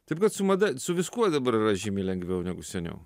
taip kad su mada su viskuo dabar yra žymiai lengviau negu seniau